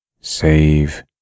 save